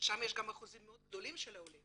ויש שם גם שיעורים גדולים של העולים